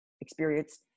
experience